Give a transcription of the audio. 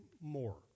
more